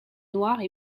noirs